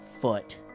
foot